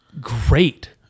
great